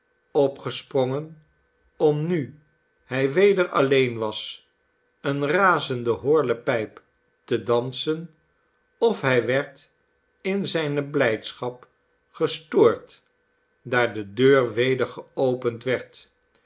opgesprongen om nu hij weder alleen was een razenden horlepijp te dansen of hij werd in zijne blijdschap gestoord daar de deur weder geopend werd